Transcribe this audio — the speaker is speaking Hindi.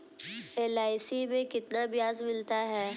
एल.आई.सी में कितना ब्याज मिलता है?